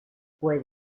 fue